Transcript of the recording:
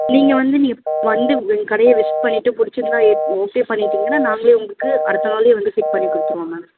நீங்கள் வந்து நீங்கள் வந்து எங்கள் கடையை விசிட் பண்ணிட்டு பிடிச்சிருந்தா ஏசி ஓகே பண்ணிடீங்கன்னால் நாங்களே உங்களுக்கு அடுத்த நாளே வந்து ஃபிட் பண்ணி கொடுத்துருவோம் மேம்